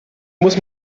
muss